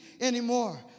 anymore